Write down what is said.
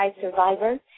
survivor